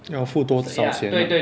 要付多少钱 lah